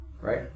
Right